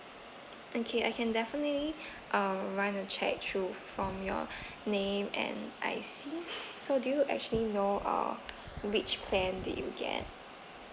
okay I can definitely uh run a check through from your name and I_C so do you actually know uh which plan did you get